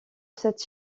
cette